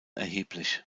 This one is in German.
erheblich